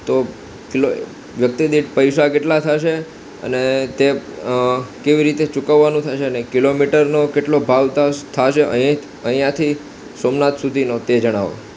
તો કિલોએ ગતિ દીઠ પૈસા કેટલા થાશે અને તે કેવી રીતે ચૂકવવાનું થશે અને કિલોમીટરનો કેટલો ભાવ તાસ થશે અહીં અહીંયાંથી સોમનાથ સુધીનો તે જણાવો